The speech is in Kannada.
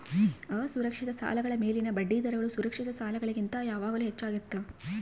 ಅಸುರಕ್ಷಿತ ಸಾಲಗಳ ಮೇಲಿನ ಬಡ್ಡಿದರಗಳು ಸುರಕ್ಷಿತ ಸಾಲಗಳಿಗಿಂತ ಯಾವಾಗಲೂ ಹೆಚ್ಚಾಗಿರ್ತವ